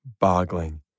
boggling